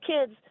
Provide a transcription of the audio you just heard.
kids